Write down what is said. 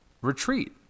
retreat